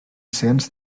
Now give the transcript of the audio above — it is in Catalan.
cens